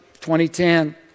2010